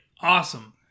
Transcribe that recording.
awesome